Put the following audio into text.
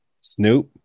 Snoop